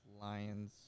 Lions